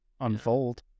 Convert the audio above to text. unfold